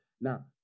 Now